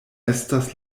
estas